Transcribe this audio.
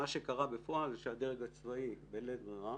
מה שקרה בפועל הוא שהדרג הצבאי, בלית ברירה,